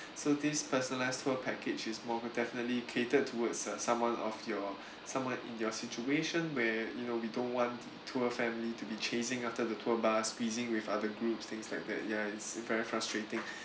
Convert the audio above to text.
so this personalised tour package is more definitely catered towards uh someone of your someone in your situation where you know we don't want tour family to be chasing after the tour bus squeezing with other groups things like that yeah it's very frustrating